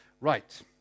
Right